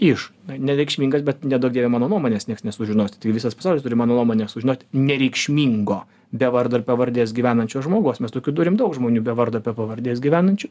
iš nereikšmingas bet neduok dieve mano nuomonės nieks nesužinos tai visas pasaulis turi mano nuomonę sužinot nereikšmingo be vardo ir pavardės gyvenančio žmogaus mes tokių turim daug žmonių be vardo be pavardės gyvenančių